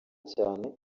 cyane